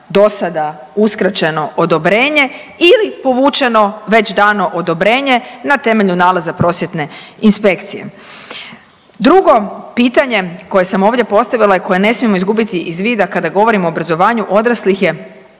do sada uskraćeno odobrenje ili povučeno već dano odobrenje na temelju nalaza prosvjetne inspekcije. Drugo pitanje koje sam ovdje postavila i koje ne smijemo izgubiti iz vida kada govorimo o obrazovanju odraslih je